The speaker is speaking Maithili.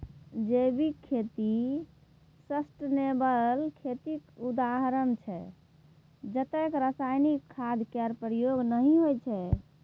जैविक खेती सस्टेनेबल खेतीक उदाहरण छै जतय रासायनिक खाद केर प्रयोग नहि होइ छै